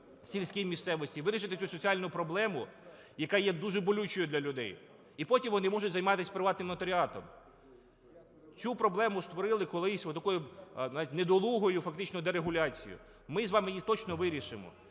сільській місцевості, вирішити цю соціальну проблему, яка є дуже болючою для людей. І потім вони можуть займатись приватним нотаріатом. Цю проблему створили колись отакою недолугою фактично дерегуляцією. Ми з вами точно її вирішимо.